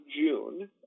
June